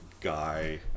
guy